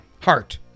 Heart